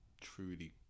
truly